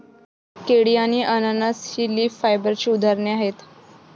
केळी आणि अननस ही लीफ फायबरची उदाहरणे आहेत